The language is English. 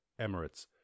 Emirates